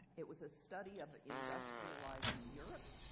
it was a study of ah industrializing europe